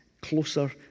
closer